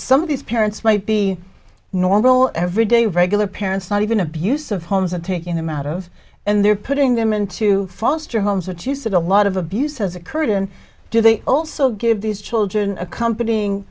some of these parents might be normal everyday regular parents not even abusive homes and taking them out of and they're putting them into foster homes and she said a lot of abuse has occurred and do they also give these children accompanying